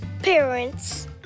Parents